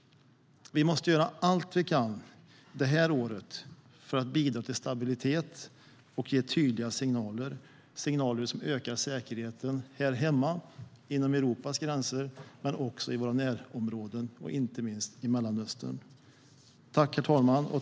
Vi måste göra allt vi kan det här året för att bidra till stabilitet och ge tydliga signaler - signaler som ökar säkerheten här hemma, inom Europas gränser, i våra närområden och inte minst i Mellanöstern.